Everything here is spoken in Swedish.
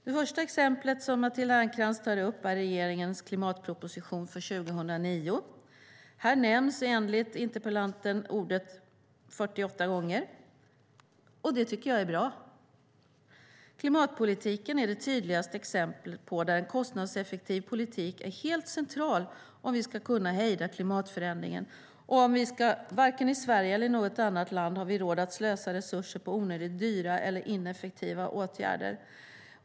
Det första exemplet som Matilda Ernkrans tar upp är regeringens klimatproposition från 2009. Här nämns enligt interpellanten ordet 48 gånger. Det tycker jag är bra. Klimatpolitiken är det tydligaste exemplet på där en kostnadseffektiv politik är helt central om vi ska kunna hejda klimatförändringarna. Varken i Sverige eller i något annat land har vi råd att slösa resurser på onödigt dyra eller ineffektiva klimatåtgärder.